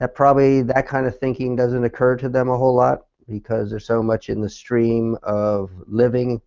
that probably that kind of thinking doesn't occur to them a whole lot. because they are so much in the stream of living.